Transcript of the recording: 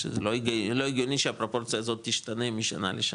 שזה לא הגיוני שהפרופורציה הזאת תשתנה משנה לשנה.